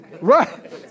Right